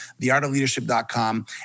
Theartofleadership.com